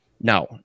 Now